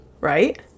right